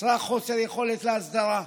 יצרה חוסר יכולת להסדרה.